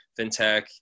FinTech